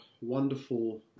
wonderful